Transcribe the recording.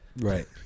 Right